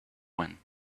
when